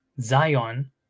Zion